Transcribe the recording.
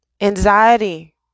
anxiety